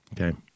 Okay